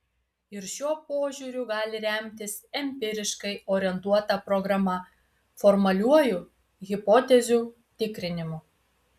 ir šiuo požiūriu gali remtis empiriškai orientuota programa formaliuoju hipotezių tikrinimu